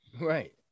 Right